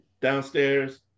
Downstairs